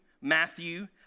Matthew